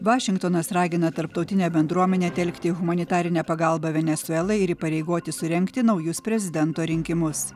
vašingtonas ragina tarptautinę bendruomenę telkti humanitarinę pagalbą venesuelai ir įpareigoti surengti naujus prezidento rinkimus